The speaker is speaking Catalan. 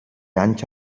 anys